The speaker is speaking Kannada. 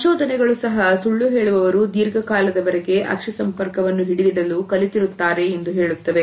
ಸಂಶೋಧನೆಗಳು ಸಹ ಸುಳ್ಳು ಹೇಳುವವರು ದೀರ್ಘಕಾಲದವರೆಗೆ ಅಕ್ಷಿ ಸಂಪರ್ಕವನ್ನು ಹಿಡಿದಿಡಲು ಕಲಿತಿರುತ್ತಾರೆ ಎಂದು ಹೇಳುತ್ತವೆ